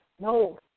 No